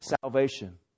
salvation